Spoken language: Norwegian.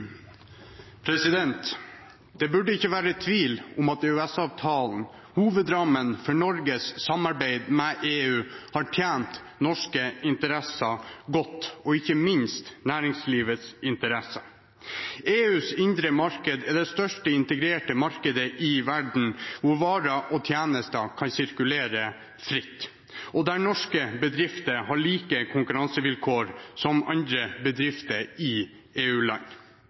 Det burde ikke være tvil om at EØS-avtalen – hovedrammen for Norges samarbeid med EU – har tjent norske interesser godt, ikke minst næringslivets interesser. EUs indre marked er det største integrerte markedet i verden hvor varer og tjenester kan sirkulere fritt, og der norske bedrifter har like konkurransevilkår som andre bedrifter i